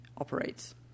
operates